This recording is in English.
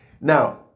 Now